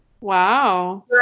Wow